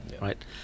right